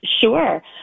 Sure